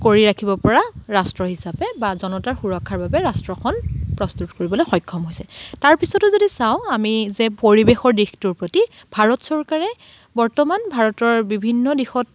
কৰি ৰাখিব পৰা ৰাষ্ট্ৰ হিচাপে বা জনতাৰ সুৰক্ষাৰ বাবে ৰাষ্ট্ৰখন প্ৰস্তুত কৰিবলৈ সক্ষম হৈছে তাৰপিছতো যদি চাওঁ আমি যে পৰিৱেশৰ দিশটোৰ প্ৰতি ভাৰত চৰকাৰে বৰ্তমান ভাৰতৰ বিভিন্ন দিশত